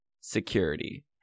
security